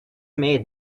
made